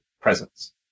presence